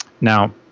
Now